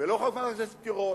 ולא חברת הכנסת תירוש,